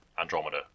Andromeda